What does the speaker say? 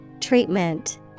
Treatment